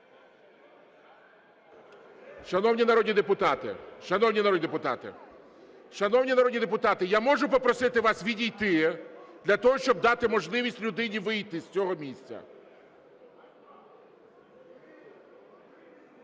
Шановні народні депутати, я можу попросити вас відійти для того, щоб дати можливість людині вийти з цього місця?